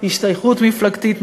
השתייכות מפלגתית,